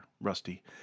Rusty